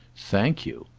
thank you.